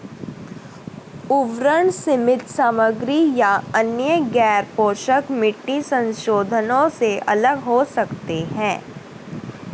उर्वरक सीमित सामग्री या अन्य गैरपोषक मिट्टी संशोधनों से अलग हो सकते हैं